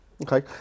okay